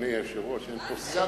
אדוני היושב-ראש אין פה שר.